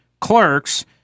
clerks